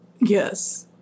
Yes